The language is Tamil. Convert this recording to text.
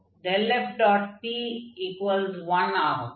p1 ஆகும்